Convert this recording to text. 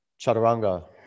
Chaturanga